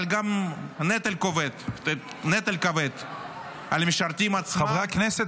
אבל גם נטל כבד על המשרתים עצמם